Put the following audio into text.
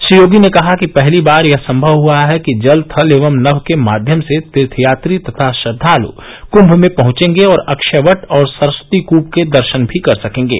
श्री योगी कहा कि पहली बार यह सम्भव हुआ है कि जल थल एवं नभ के माध्यम से तीर्थयात्री तथा श्रद्वालु कुम्भ में पहुंचेंगे और अक्षय वट और सरस्वती कूप के दर्षन भी कर सकेंगे